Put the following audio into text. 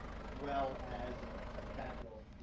as well as a capital